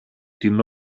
την